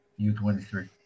U23